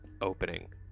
opening